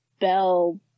bell